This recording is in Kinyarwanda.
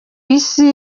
isi